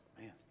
Man